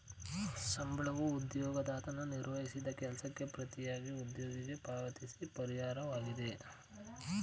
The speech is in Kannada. ಸಂಬಳವೂ ಉದ್ಯೋಗದಾತನು ನಿರ್ವಹಿಸಿದ ಕೆಲಸಕ್ಕೆ ಪ್ರತಿಯಾಗಿ ಉದ್ಯೋಗಿಗೆ ಪಾವತಿಸುವ ಪರಿಹಾರವಾಗಿದೆ